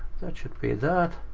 that should be that.